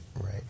Right